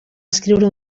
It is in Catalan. escriure